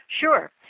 Sure